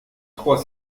trois